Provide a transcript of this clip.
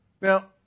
Now